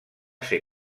ser